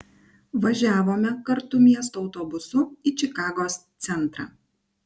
važiavome kartu miesto autobusu į čikagos centrą